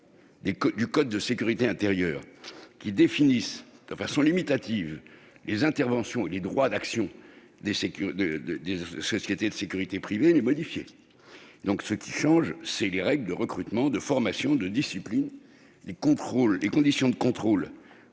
du code de la sécurité intérieure qui énumèrent, de façon limitative, les interventions et les droits d'action des sociétés de sécurité privées n'est modifié. Ce qui change, ce sont les règles de recrutement, de formation et de discipline, ainsi que les conditions de contrôle